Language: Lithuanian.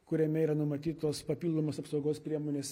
kuriame yra numatytos papildomos apsaugos priemonės